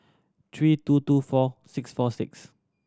three two two four six four six